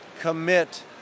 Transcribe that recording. commit